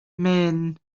mhen